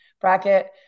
bracket